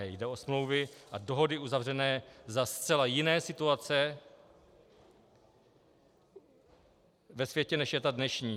Jde o smlouvy a dohody uzavřené za zcela jiné situace ve světě, než je ta dnešní.